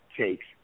takes